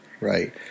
Right